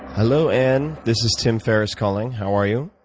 hello, anne. this is tim ferriss calling. how are you?